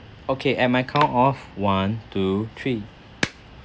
okay at my count of one two three